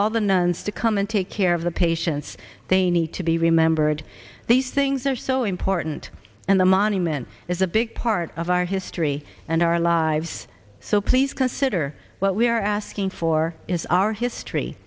all the nuns to come and take care of the patients they need to be remembered these things are so important and the monument is a big part of our history and our lives so please consider what we are asking for is our history